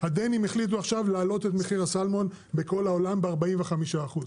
הדנים החליטו עכשיו להעלות את מחיר הסלמון בכל העולם ב-45 אחוז,